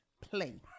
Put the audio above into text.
play